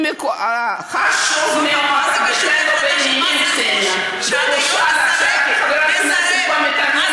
מה זה קשור להחלטה של מס רכוש?